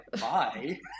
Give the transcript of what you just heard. bye